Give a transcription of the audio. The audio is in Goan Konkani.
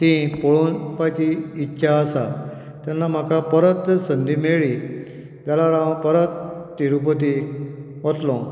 ती पळोवपाची इत्सा आसा तेन्ना म्हाका परत संदी मेळ्ळी जाल्यार हांव परत तिरुपती वतलो